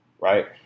right